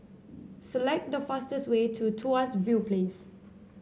select the fastest way to Tuas View Place